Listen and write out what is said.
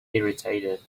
irritated